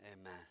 Amen